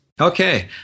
Okay